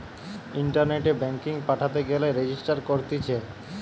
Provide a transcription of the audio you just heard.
ইন্টারনেটে ব্যাঙ্কিং পাঠাতে গেলে রেজিস্টার করতিছে